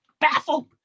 Baffled